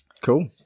Cool